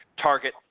target